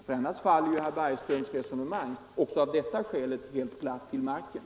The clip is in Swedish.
I annat fall faller herr Bergqvists resonemang också av detta skäl platt till marken.